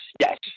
Yes